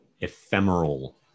ephemeral